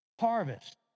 Harvest